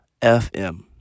FM